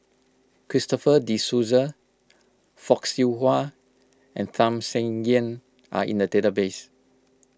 Christopher De Souza Fock Siew Wah and Tham Sien Yen are in the database